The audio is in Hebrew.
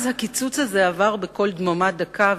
אז עבר הקיצוץ הזה בקול דממה דקה,